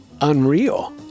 unreal